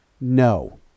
No